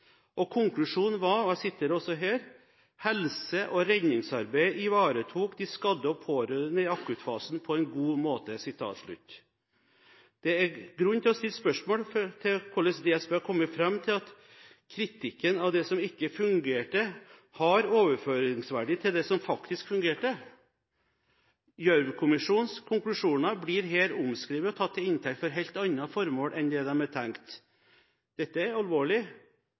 Konklusjonen var: «Helse- og redningsarbeidet ivaretok de skadde og pårørende i akuttfasen på en god måte». Det er grunn til å stille spørsmål ved hvordan DSB har kommet fram til at kritikken av det som ikke fungerte, har overføringsverdi til det som faktisk fungerte. Gjørv-kommisjonens konklusjoner blir her omskrevet og tatt til inntekt for helt andre formål enn de er tenkt. Dette er alvorlig.